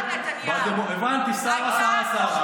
אם לשרה נתניהו, הבנתי, שרה, שרה, שרה.